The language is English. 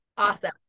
Awesome